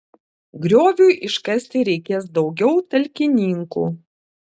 grioviui iškasti reikės daugiau talkininkų